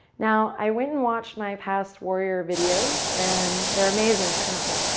now i went and watched my past warriors videos and they're amazing. check them out now.